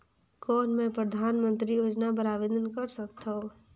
कौन मैं परधानमंतरी योजना बर आवेदन कर सकथव?